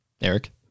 eric